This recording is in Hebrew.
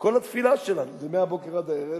כל התפילה שלנו זה מהבוקר עד הערב,